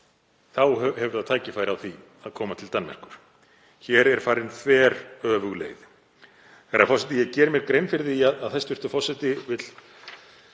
þá hefur það tækifæri á því að koma til Danmerkur. Hér er farin þveröfug leið. Herra forseti. Ég geri mér grein fyrir því að hæstv. forseti vill